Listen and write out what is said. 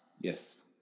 Yes